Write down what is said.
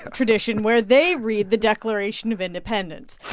tradition where they read the declaration of independence.